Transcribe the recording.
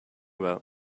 about